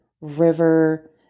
river